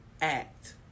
act